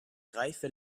reife